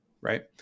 Right